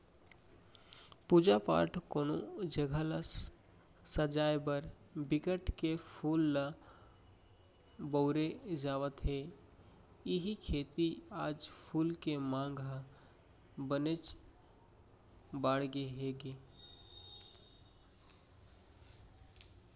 पूजा पाठ, कोनो जघा ल सजाय बर बिकट के फूल ल बउरे जावत हे इहीं सेती आज फूल के मांग ह बनेच बाड़गे गे हे